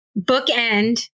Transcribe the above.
bookend